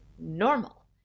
Normal